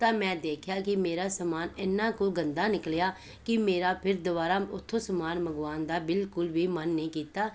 ਤਾਂ ਮੈਂ ਦੇਖਿਆ ਕਿ ਮੇਰਾ ਸਮਾਨ ਇੰਨਾ ਕੁ ਗੰਦਾ ਨਿਕਲਿਆ ਕਿ ਮੇਰਾ ਫਿਰ ਦੁਬਾਰਾ ਉੱਥੋਂ ਸਮਾਨ ਮੰਗਵਾਉਣ ਦਾ ਬਿਲਕੁਲ ਵੀ ਮਨ ਨਹੀਂ ਕੀਤਾ